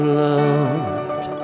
loved